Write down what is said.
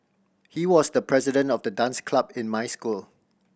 he was the president of the dance club in my school